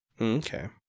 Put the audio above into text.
Okay